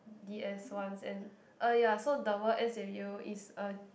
D_S once and er ya so the World Ends with You is a